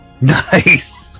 Nice